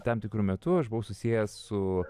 tam tikru metu aš buvau susijęs su